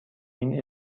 این